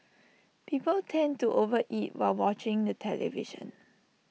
people tend to over eat while watching the television